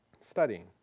Studying